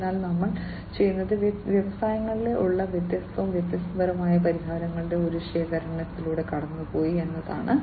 അതിനാൽ ഞങ്ങൾ ചെയ്തത് വ്യവസായങ്ങളിൽ ഉള്ള വ്യത്യസ്തവും വ്യത്യസ്തവുമായ പരിഹാരങ്ങളുടെ ഒരു ശേഖരത്തിലൂടെ കടന്നുപോയി എന്നതാണ്